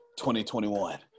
2021